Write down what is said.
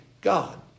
God